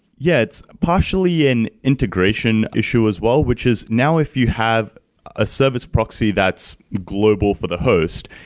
yeah, it's partially an integration issue as well, which is now if you have a service proxy that's global for the host,